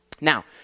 Now